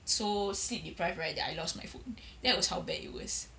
so sleep deprived right that I lost my phone that was how bad it was